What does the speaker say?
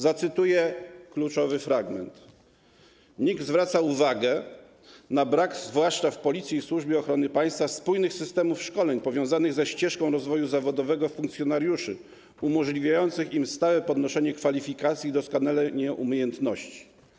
Zacytuję kluczowy fragment: NIK zwraca uwagę na brak zwłaszcza w Policji i Służbie Ochrony Państwa spójnych systemów szkoleń powiązanych ze ścieżką rozwoju zawodowego funkcjonariuszy, umożliwiających im stałe podnoszenie kwalifikacji i doskonalenie umiejętności.